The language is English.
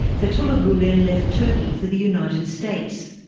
fethullah gulen left turkey for the united states.